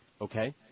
Okay